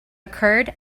occurred